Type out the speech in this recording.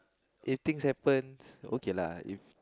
if things happens okay lah if